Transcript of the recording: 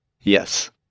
Yes